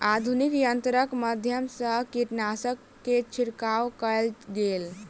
आधुनिक यंत्रक माध्यम सँ कीटनाशक के छिड़काव कएल गेल